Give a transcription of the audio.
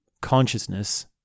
consciousness